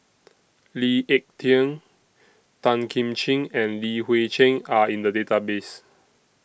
Lee Ek Tieng Tan Kim Ching and Li Hui Cheng Are in The Database